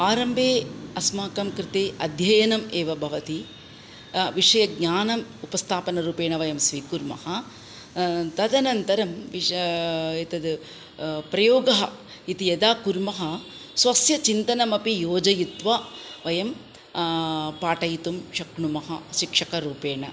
आरम्भे अस्माकं कृते अध्ययनम् एव भवति विषयज्ञानम् उपस्थानरूपेण वयं स्वीकुर्मः तदनन्तरम् विश एतद् प्रयोगः इति यदा कुर्मः स्वस्य चिन्तनमपि योजयित्वा वयं पाठयितुं शक्नुमः शिक्षकरूपेण